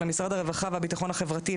למשרד הרווחה והביטחון החברתי,